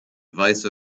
vice